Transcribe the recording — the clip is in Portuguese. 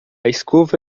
escova